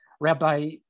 Rabbi